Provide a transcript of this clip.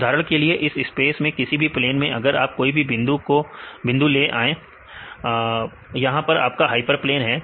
उदाहरण के लिए इस स्पेस में किसी भी प्लेन में अगर आप कोई भी बिंदु ले यहां यह आपका हाइपरप्लेन है